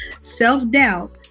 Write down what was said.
self-doubt